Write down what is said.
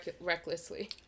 recklessly